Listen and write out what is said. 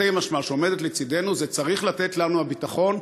תרתי משמע, שעומדת לצדנו, זה צריך לתת לנו ביטחון